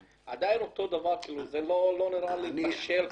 זה לא נראה לי בשל.